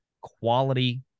quality